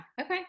Okay